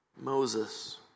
Moses